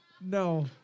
No